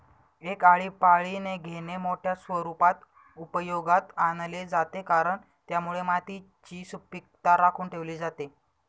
एक आळीपाळीने घेणे मोठ्या स्वरूपात उपयोगात आणले जाते, कारण त्यामुळे मातीची सुपीकता राखून ठेवली जाते